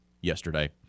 yesterday